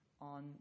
on